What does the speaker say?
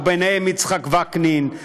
וביניהם יצחק וקנין,